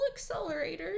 accelerators